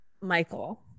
Michael